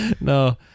No